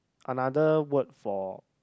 another word for